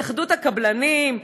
התאחדות הקבלנים,